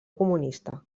comunista